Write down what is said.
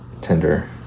tender